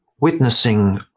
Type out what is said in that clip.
witnessing